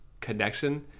connection